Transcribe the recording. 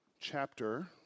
chapter